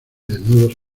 desnudos